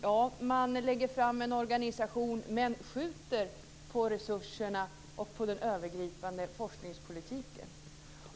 Jo, man lägger fram ett förslag till en organisation men skjuter på resurserna och den övergripande forskningspolitiken.